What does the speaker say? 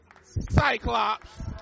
Cyclops